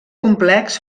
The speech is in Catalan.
complex